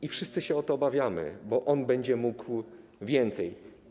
I wszyscy się tego obawiamy, bo on będzie mógł więcej.